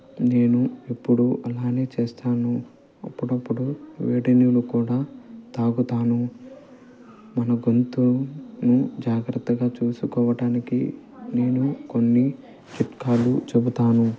నేను ఎప్పుడు అలానే చేస్తాను అప్పుడప్పుడు వేడినీళ్ళు కూడా తాగుతాను మన గొంతును జాగ్రత్తగా చూసుకోవటానికి నేను కొన్ని చిట్కాలు చెబుతాను